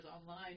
online